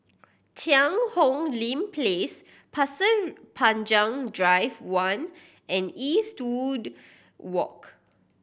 Cheang Hong Lim Place Pasir Panjang Drive One and Eastwood Walk